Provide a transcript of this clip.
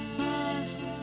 past